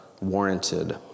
warranted